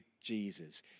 Jesus